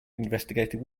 investigative